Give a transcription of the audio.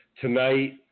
tonight